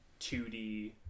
2D